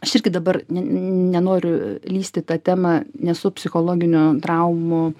aš irgi dabar ne nenoriu lįst į tą temą nesu psichologinių traumų